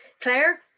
Claire